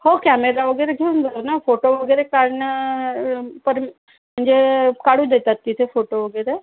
हो कॅमेरा वगैरे घेऊन जाऊ ना फोटो वगैरे काढणं म्हणजे काढू देतात तिथे फोटो वगैरे